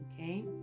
okay